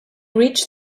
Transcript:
reached